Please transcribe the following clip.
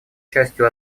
частью